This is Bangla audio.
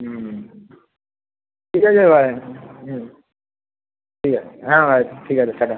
হুম ঠিক আছে ভাই হুম ঠিক আছে হ্যাঁ ভাই ঠিক আছে টাটা